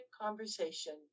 conversation